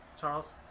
Charles